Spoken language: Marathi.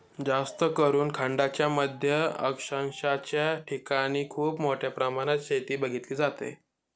जास्तकरून खंडांच्या मध्य अक्षांशाच्या ठिकाणी खूप मोठ्या प्रमाणात शेती बघितली जाते